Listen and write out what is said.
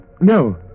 No